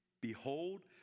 Behold